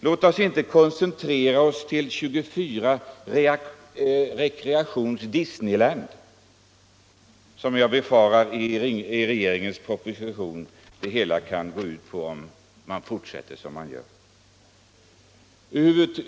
Låt oss inte koncentrera oss till 24 Rekreations-Disneyland, vilket jag befarar att det hela kan gå ut på om man fortsätter som man gör i regeringens proposition.